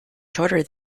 shorter